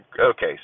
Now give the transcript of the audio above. okay